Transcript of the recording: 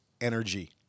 energy